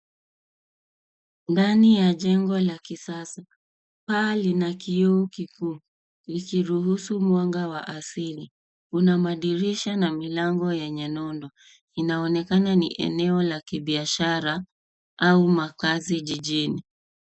Ndani ya jengo la kisasa, paa lina kioo kikuu, likiruhusu mwanga wa asili; una madirisha na milango yenye nondo. Inaonekana ni eneo la kibiashara au makazi jijini.